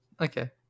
Okay